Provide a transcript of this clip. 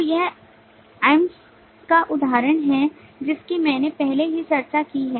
तो यह lms का उदाहरण है जिसकी मैंने पहले ही चर्चा की है